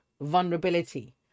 Vulnerability